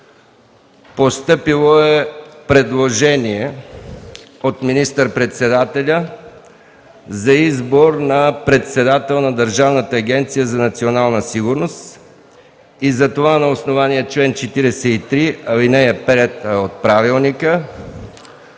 Постъпило е предложение от министър-председателя Пламен Орешарски за избор на председател на Държавната агенция за национална сигурност, затова на основание чл. 43, ал. 5 от Правилника